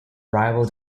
rival